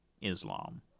Islam